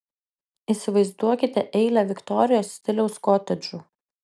įsivaizduokite eilę viktorijos stiliaus kotedžų